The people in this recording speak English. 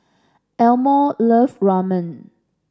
Elmore love Ramen